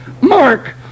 Mark